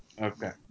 Okay